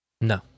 No